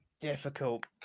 difficult